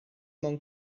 mewn